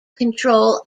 control